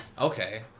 Okay